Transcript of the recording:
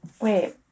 Wait